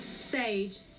Sage